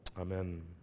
Amen